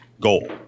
Goal